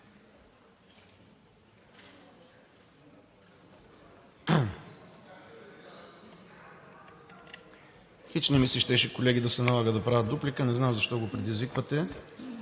Хич не ми се щеше колеги да се налага да правя дуплика – не знам защо го предизвиквате.